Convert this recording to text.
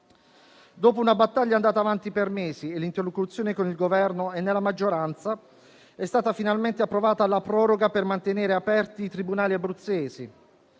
Dopo una battaglia andata avanti per mesi e l'interlocuzione con il Governo e nella maggioranza, è stata finalmente approvata la proroga per mantenere aperti i tribunali abruzzesi.